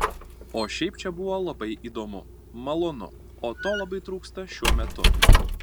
o šiaip čia buvo labai įdomu malonu o to labai trūksta šiuo metu